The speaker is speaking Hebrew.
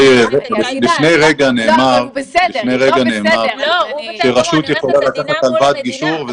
לפני רגע נאמר שרשות יכולה לקחת הלוואת גישור.